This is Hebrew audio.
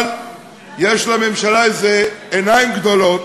אבל יש לממשלה איזה עיניים גדולות